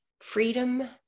Freedom